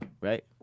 right